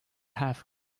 half